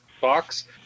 box